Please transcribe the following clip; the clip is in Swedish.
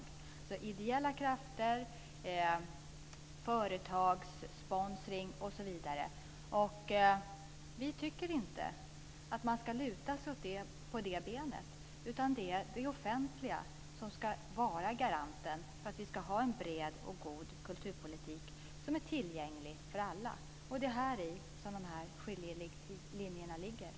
Det handlar alltså om ideella krafter, företagssponsring, osv. Vi tycker inte att man ska luta sig mot detta, utan det är det offentliga som ska vara garanten för att vi ska ha en bred och god kulturpolitik som är tillgänglig för alla. Det är här skiljelinjerna finns.